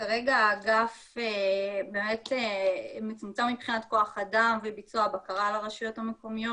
כרגע האגף מצומצם מבחינת כוח אדם וביצוע בקרה על הרשויות המקומיות.